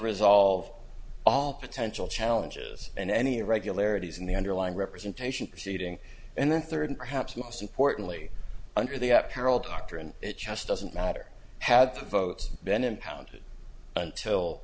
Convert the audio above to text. resolve all potential challenges and any irregularities in the underlying representation proceeding and then third and perhaps most importantly under the peril doctrine it just doesn't matter had votes been impounded until